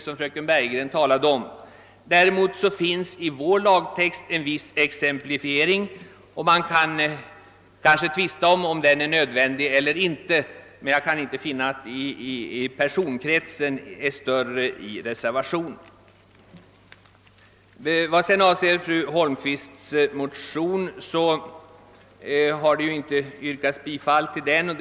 Vårt förslag till lagtext innehåller dessutom en viss exemplifiering. Man kan tvista om huruvida en sådan är nödvändig eller inte, men jag kan alltså inte finna att personkretsen blir större enligt reservationens förslag. Ingen har här i kammaren tillstyrkt fru Holmqvists motion.